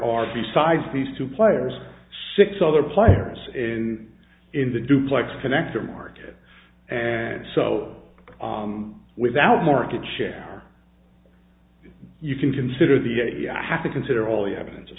are besides these two players six other players in in the duplex connector market and so without market share you can consider the eight you have to consider all the evidence of